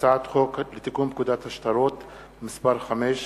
הצעת חוק לתיקון פקודת השטרות (מס' 5)